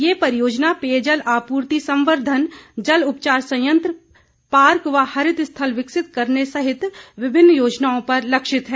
ये परियोजना पेयजल आपूर्ति संवर्धन जल उपचार संयत्र पार्क व हरित स्थल विकसित करने सहित विभिन्न योजनाओं पर लक्षित है